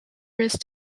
risk